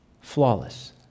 flawless